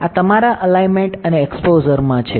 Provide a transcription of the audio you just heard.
આ તમારા અલાઈનમેંટ અને એક્સ્પોઝરમાં છે